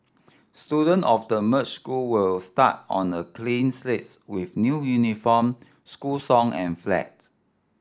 students of the merged school will start on a clean slate with new uniform school song and flag